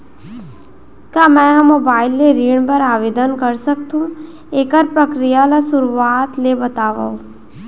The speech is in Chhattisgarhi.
का मैं ह मोबाइल ले ऋण बर आवेदन कर सकथो, एखर प्रक्रिया ला शुरुआत ले बतावव?